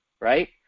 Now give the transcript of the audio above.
Right